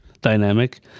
dynamic